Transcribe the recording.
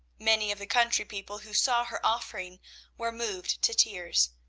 many of the country people who saw her offering were moved to tears,